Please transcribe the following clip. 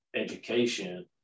education